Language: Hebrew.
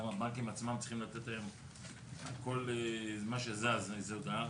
גם הבנקים עצמם צריכים לתת היום על כל מה שזז איזה הודעה.